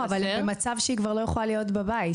אבל היא במצב שהיא כבר לא יכולה להיות בבית.